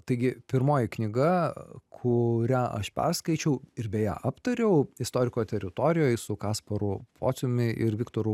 taigi pirmoji knyga kurią aš perskaičiau ir beje aptariau istoriko teritorijoj su kasparu pociumi ir viktoru